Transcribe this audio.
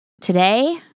Today